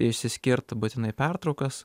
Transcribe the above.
išsiskirt būtinai pertraukas